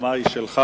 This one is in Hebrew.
הבמה היא שלך.